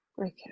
Okay